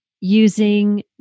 using